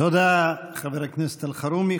תודה, חבר הכנסת אלחרומי.